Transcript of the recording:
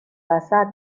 وسط